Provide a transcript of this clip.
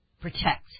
protect